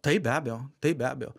taip be abejo taip be abejo